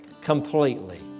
completely